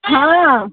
हँ